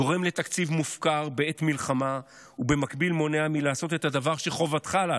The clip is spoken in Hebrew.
גורם לתקציב מופקר בעת מלחמה ובמקביל מונע לעשות את הדבר שחובתך לעשות,